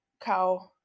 cow